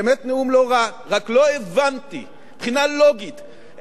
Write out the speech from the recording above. רק לא הבנתי מבחינה לוגית איך אפשר לפתוח נאום,